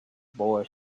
boy